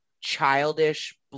childish